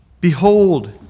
Behold